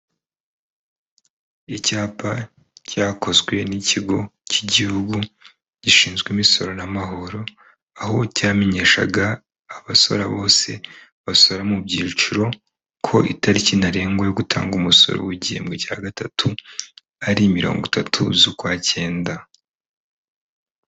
Icyapa cyakozwe n'Ikigo k'Igihugu gishinzwe Imisoro n'Amahoro, aho cyamenyeshaga abasora bose basora mu byiciro, ko itariki ntarengwa yo gutanga umusoro w'igihembwe cya gatatu ari mirongo itatu z'ukwa Cyenda.